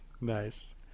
Nice